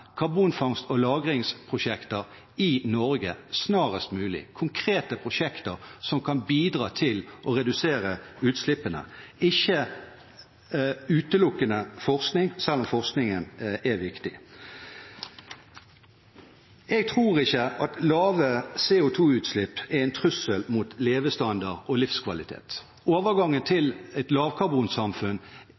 karbonfangst- og lagringsprosjekter i Norge snarest mulig, konkrete prosjekter som kan bidra til å redusere utslippene – ikke utelukkende forskning, selv om forskningen er viktig. Jeg tror ikke lave CO2-utslipp er en trussel mot levestandard og livskvalitet. Overgangen til et lavkarbonsamfunn